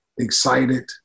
excited